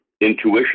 intuition